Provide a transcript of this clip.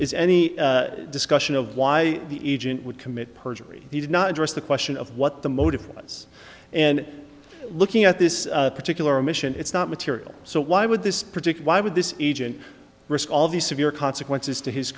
is any discussion of why the agent would commit perjury he did not address the question of what the motive was and looking at this particular mission it's not material so why would this particular why would this agent risk all these severe consequences to his